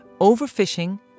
overfishing